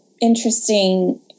interesting